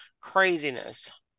craziness